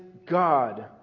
God